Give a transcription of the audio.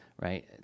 Right